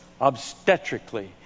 obstetrically